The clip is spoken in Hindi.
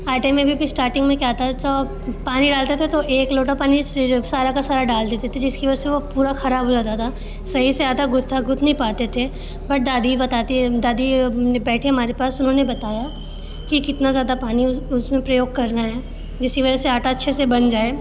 आटे में भी फिर स्टार्टिंग मे क्या था जब पानी डालते थे तो एक लोटा पानी सीजे सारा का सारा डाल देते थे जिसकी वजह से वो पूरा ख़राब हो जाता था सही से आटा गुथता गूंद नहीं पाते थे पर दादी बताती हैं दादी बैठी हमारे पास उन्होंने बताया कि कितना ज़्यादा पानी उस उस में प्रयोग करना है जिसकी वजह से आटा अच्छे से बन जाए